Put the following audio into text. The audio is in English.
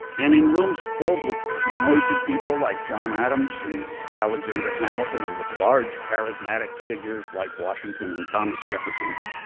and in rooms filled with noisy people like john adams and alexander hamilton or with large charismatic figures like washington and thomas jefferson,